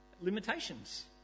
limitations